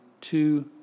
two